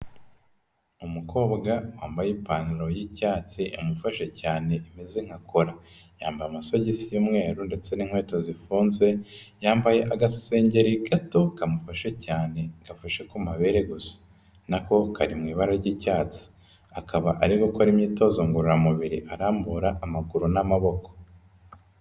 Umukobwa wambaye ipantaro y'icyatsi imufashe cyane imeze nka kola, yambaye amasogisi y'umweru ndetse n'inkweto zifunze, yambaye agasengeri gato kamufashe cyane gafashe ku mabere gusa, na ko kari mu ibara ry'icyatsi, akaba ari gukora imyitozo ngororamubiri arambura amaguru n'amaboko.